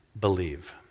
believe